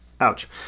Ouch